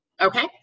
Okay